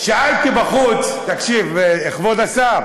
שאלתי בחוץ, תקשיב, כבוד השר: